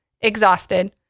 exhausted